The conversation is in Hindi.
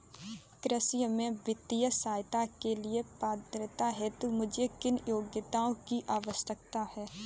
कृषि में वित्तीय सहायता के लिए पात्रता हेतु मुझे किन योग्यताओं की आवश्यकता है?